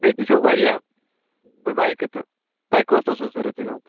بیٚیہِ تہِ چھو واریاہ بہٕ بَیکہٕ تہٕ تۄہہِ کۄس ٲسۍوٕ ضوٚرَتھ جِناب